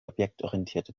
objektorientierte